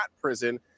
prison